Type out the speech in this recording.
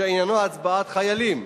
שעניינו הצבעת חיילים.